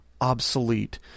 obsolete